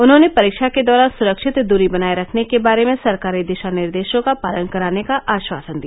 उन्होंने परीक्षा के दौरान सुरक्षित दृशी बनाए रखने के बारे में सरकारी दिशानिर्देशों का पालन कराने का आश्वासन दिया